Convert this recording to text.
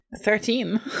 Thirteen